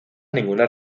ninguna